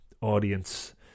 audience